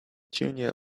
junior